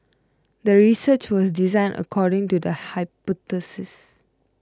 the research was designed according to the hypothesis